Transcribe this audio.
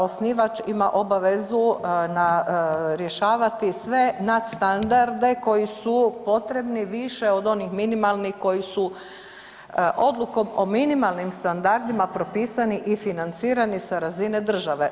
Osnivač ima obavezu rješavati sve nadstandarde koji su potrebni više od onih minimalnih koji su odlukom o minimalnim standardima propisani i financirani sa razine države.